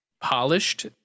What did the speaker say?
polished